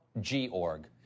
G-Org